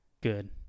good